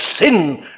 sin